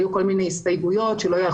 היו הסתייגויות שדיברו על כך שזה לא יחול